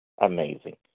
Amazing